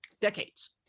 decades